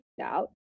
out